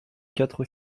quatre